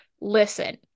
listen